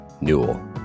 Newell